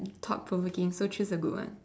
talk from within so choose a good one